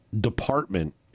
department